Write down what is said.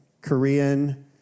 Korean